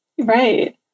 Right